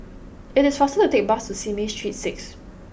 it is faster to take the bus to Simei Street six